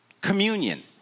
Communion